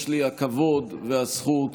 יש לי הכבוד והזכות